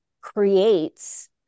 creates